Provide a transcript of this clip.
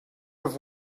have